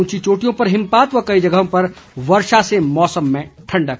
ऊंची चोटियों पर हिमपात व कई जगह पर वर्षा से मौसम में ठंडक